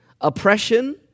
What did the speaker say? oppression